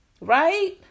Right